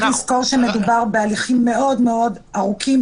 צריך לזכור שמדובר בהליכים מאוד מאוד ארוכים,